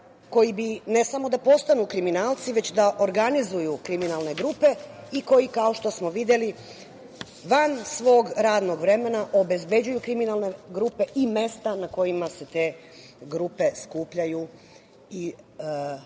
koji bi, ne samo da postanu kriminalci, već da organizuju kriminalne grupe i koji, kao što smo videli, van svog radnog vremena obezbeđuju kriminalne grupe i mesta na kojima se te grupe skupljaju i rade